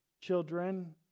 children